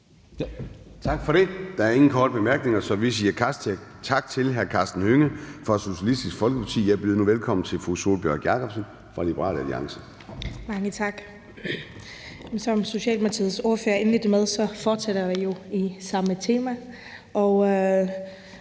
Tak for det. Der er ingen korte bemærkninger, så vi siger tak til hr. Karsten Hønge fra Socialistisk Folkeparti. Jeg byder nu velkommen til fru Sólbjørg Jakobsen fra Liberal Alliance. Kl. 11:12 (Ordfører) Sólbjørg Jakobsen (LA): Mange tak. Som Socialdemokratiets ordfører indledte med at sige, fortsætter vi jo med det samme tema,